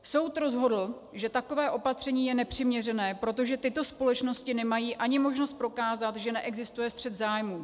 Soud rozhodl, že takové opatření je nepřiměřené, protože tyto společnosti nemají ani možnost prokázat, že neexistuje střet zájmů.